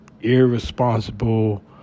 irresponsible